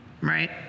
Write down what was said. right